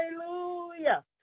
hallelujah